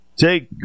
take